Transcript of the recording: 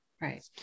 right